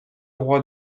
roi